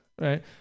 right